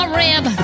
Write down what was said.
rib